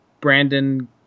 Brandon